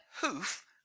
hoof